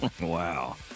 Wow